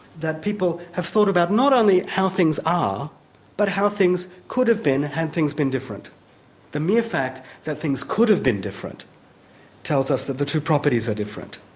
that people have thought about not only how things are but how things could have been had things been different the mere fact that things could have been different tells us that the two properties are different.